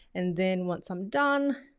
and then once i'm done,